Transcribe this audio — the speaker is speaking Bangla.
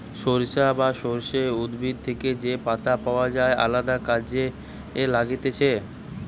সরিষা বা সর্ষে উদ্ভিদ থেকে যে পাতা পাওয় যায় আলদা কাজে লাগতিছে